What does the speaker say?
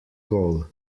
goal